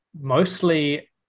mostly